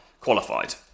qualified